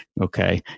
okay